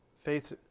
Faith